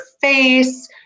face